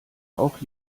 auch